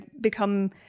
become